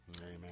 Amen